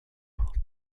donald